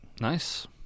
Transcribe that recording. Nice